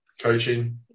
coaching